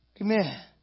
Amen